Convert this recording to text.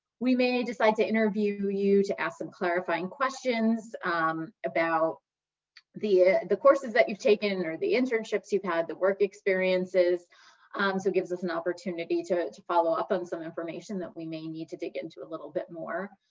we may decide to interview you to ask some clarifying questions about the the courses that you've taken or the internships you've had, the work experiences. so it gives us an opportunity to to follow-up on some information that we may need to dig into a little bit more.